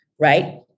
right